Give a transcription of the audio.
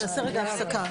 אז נעשה רגע הפסקה.